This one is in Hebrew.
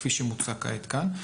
כפי שמוצע כעת כאן.